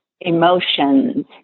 emotions